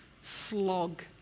Slog